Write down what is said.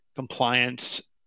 compliance